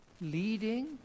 leading